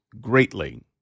greatly